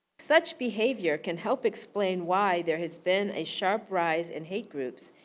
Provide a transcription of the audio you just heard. such behavior can help explain why there has been a sharp rise in hate groups,